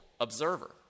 observer